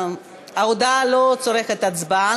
ההודעה לא מצריכה הצבעה.